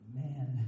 man